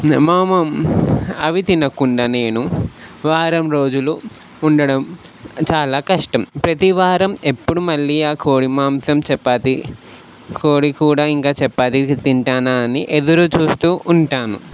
మా మమ్ అవి తినకుండా నేను వారం రోజులు ఉండడం చాలా కష్టం ప్రతివారం ఎప్పుడు మళ్లీ ఆ కోడి మాంసం చపాతి కోడి కూడా ఇంకా చపాతి తింటానని ఎదురుచూస్తూ ఉంటాను